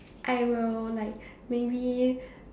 I will like maybe